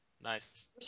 nice